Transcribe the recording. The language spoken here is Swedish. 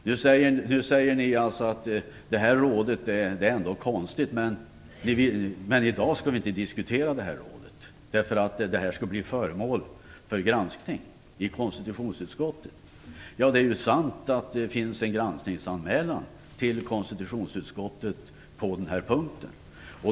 Nu säger ni att rådet är konstigt, men att vi inte skall diskutera det i dag eftersom det skall bli föremål för granskning i konstitutionsutskottet. Det är sant att det finns en granskningsanmälan till konstitutionsutskottet på denna punkt.